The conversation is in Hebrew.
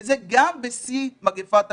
וזה גם בשיא מגפת הקורונה.